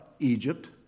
Egypt